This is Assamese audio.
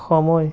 সময়